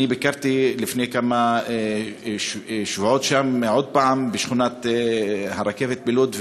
אני ביקרתי לפני כמה שבועות עוד פעם בשכונת הרכבת בלוד,